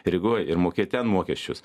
rygoj ir mokėt ten mokesčius